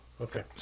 okay